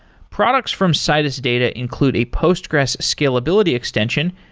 products from citus data include a postgres scalability extension,